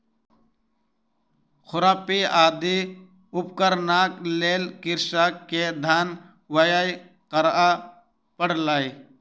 खुरपी आदि उपकरणक लेल कृषक के धन व्यय करअ पड़लै